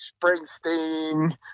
Springsteen